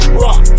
rock